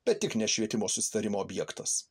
bet tik ne švietimo susitarimo objektas